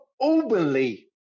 openly